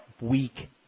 Weak